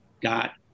got